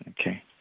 Okay